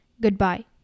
goodbye